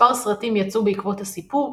מספר סרטים יצאו בעקבות הסיפור,